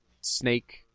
snake